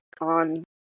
on